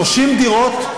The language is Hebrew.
30 דירות,